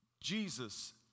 Jesus